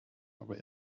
aber